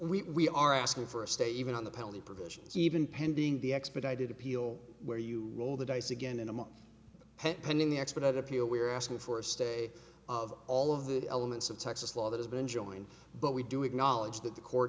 away we are asking for a state even on the penalty provisions even pending the expedited appeal where you roll the dice again in a month pending the expert other people we are asking for a stay of all of the elements of texas law that has been joined but we do acknowledge that the court